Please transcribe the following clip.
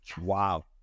Wow